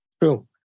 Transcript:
True